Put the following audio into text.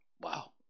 wow